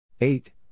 Eight